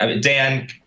Dan